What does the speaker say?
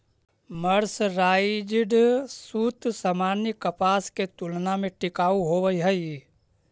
mercerised सूत सामान्य कपास के तुलना में टिकाऊ होवऽ हई